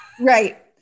right